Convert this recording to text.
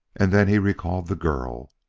and then he recalled the girl,